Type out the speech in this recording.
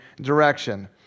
direction